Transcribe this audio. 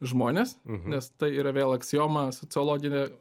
žmonės nes tai yra vėl aksioma sociologinė